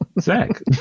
Zach